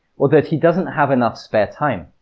or that he doesn't have enough spare time.